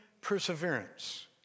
perseverance